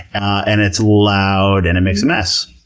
and it's loud, and it makes a mess,